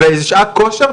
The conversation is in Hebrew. זה שעת כושר,